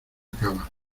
acaba